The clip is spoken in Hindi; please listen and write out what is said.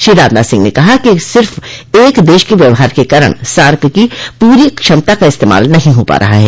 श्री राजनाथ सिह ने कहा कि सिर्फ एक देश के व्यवहार के कारण सार्क की पूरी क्षमता का इस्तेमाल नहीं हो पा रहा है